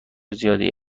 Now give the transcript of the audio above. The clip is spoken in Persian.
زیادی